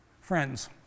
Friends